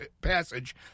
passage